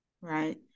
Right